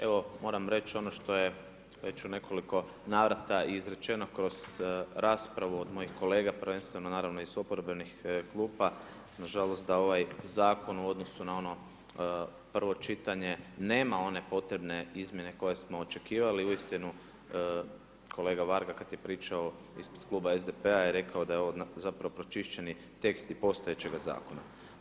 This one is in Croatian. Evo, moram reć ono što je već u nekoliko navrata izrečeno kroz raspravu od mojih kolega, prvenstveno naravno, iz oporbenih klupa, nažalost da ovaj Zakon u odnosu na ono prvo čitanje, nema one potrebne izmjene koje smo očekivali, i u istinu kolega i uistinu, kolega Varga kad je pričao ispred Kluba SDP-a je rekao da ovo zapravo pročišćeni tekst postojećega zakona.